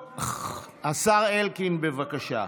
השר אלקין, בבקשה.